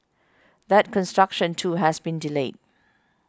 that construction too has been delayed